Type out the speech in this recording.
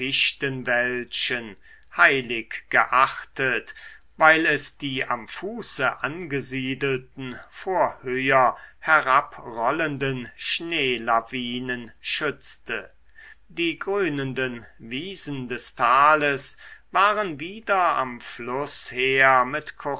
heilig geachtet weil es die am fuße angesiedelten vor höher herabrollenden schneelawinen schützte die grünenden wiesen des tales waren wieder am fluß her